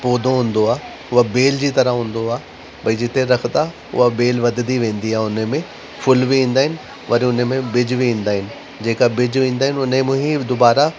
पौधो हूंदो आहे हूअ बेल जी तरह हूंदो आहे भई जिते रखंदा हूअ बेल वधंदी वेंदी आहे उनमें फ़ुल बि ईंदा आहिनि पर उनमें बिज बि ईंदा आहिनि जेका बिज ईंदा आहिनि उनमां ई दुबारा